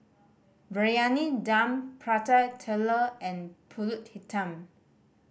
Briyani Dum Prata Telur and Pulut Hitam